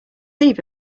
eve